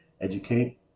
educate